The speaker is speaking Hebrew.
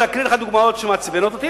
להקריא לך דוגמאות שמעצבנות אותי,